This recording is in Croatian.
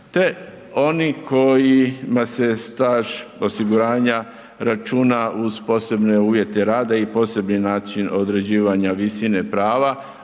te oni kojima se staž osiguranja računa uz posebne uvjete rada i posebni način određivanja visine prava,